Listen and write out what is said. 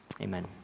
Amen